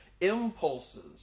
impulses